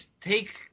take